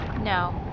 No